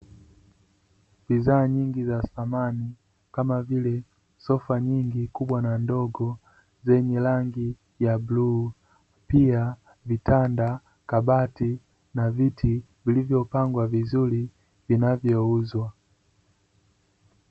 Bidhaa nyingi za samani kama vile: sofa nyingi kubwa na ndogo zenye rangi ya bluu, pia vitanda, kabati na viti vilivyopangwa vizuri vinavyouzwa.